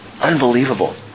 Unbelievable